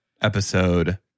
episode